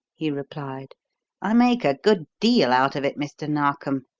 he replied i make a good deal out of it, mr. narkom,